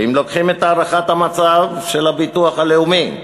ואם לוקחים את הערכת המצב של הביטוח הלאומי,